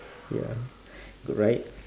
ya good right